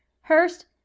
Hurst